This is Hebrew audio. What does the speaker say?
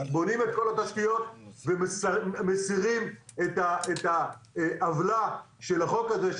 בונים את כל התשתיות ומסירים את העוולה של החוק הזה,